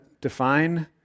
define